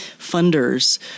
funders